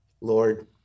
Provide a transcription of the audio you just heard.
Lord